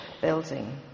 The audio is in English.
building